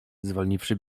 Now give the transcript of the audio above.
zwolniwszy